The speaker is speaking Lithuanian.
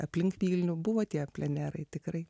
aplink vilnių buvo tie plenerai tikrai